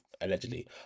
Allegedly